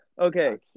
okay